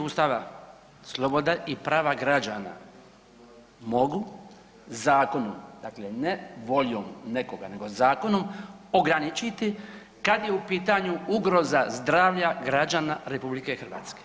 Ustava sloboda i prava građana mogu zakonom, dakle ne voljom nekoga, nego zakonom ograničiti kad je u pitanju ugroza zdravlja građana RH.